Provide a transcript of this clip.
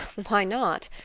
why not?